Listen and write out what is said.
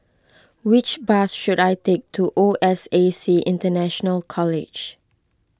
which bus should I take to O S A C International College